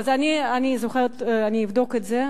אז אני אבדוק את זה.